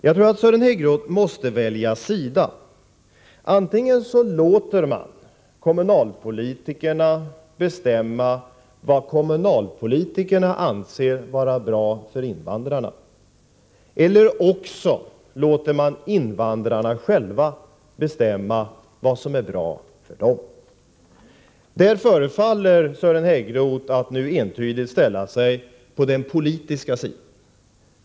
Jag tror att man måste välja sida: antingen låter man kommunalpolitikerna bestämma vad kommunalpolitikerna anser vara bra för invandrarna, eller också låter man invandrarna själva bestämma vad som är bra för dem. Där förefaller Sören Häggroth nu entydigt ställa sig på den politiska sidan.